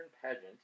pageant